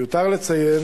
מיותר לציין